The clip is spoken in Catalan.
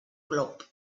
glop